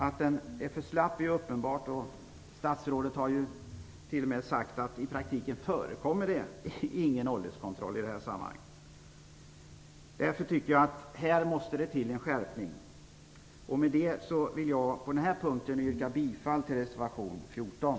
Att den är för slapp är uppenbart. Statsrådet har ju t.o.m. sagt att det i praktiken inte förekommer någon ålderskontroll. Därför måste det till en skärpning. Med detta vill jag yrka bifall till reservation 14.